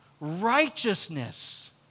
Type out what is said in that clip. righteousness